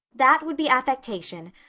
that would be affectation,